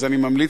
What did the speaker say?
אז אני ממליץ,